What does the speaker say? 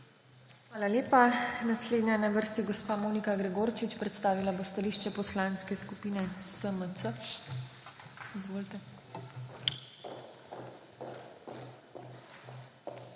Hvala lepa. Naslednja je na vrsti gospa Monika Gregorčič, ki bo predstavila stališče Poslanske skupine SMC. Izvolite.